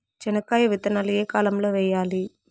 చెనక్కాయ విత్తనాలు ఏ కాలం లో వేయాలి?